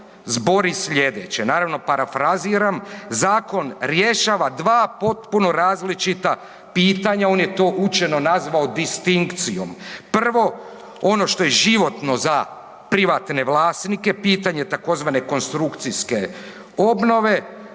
zbori sljedeće. Naravno, parafraziram, zakon rješava 2 potpuno različita pitanja, on je to učeno nazvao distinkcijom. Prvo, ono što je životno za privatne vlasnike, pitanje tzv. konstrukcijske obnove,